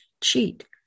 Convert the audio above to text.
cheat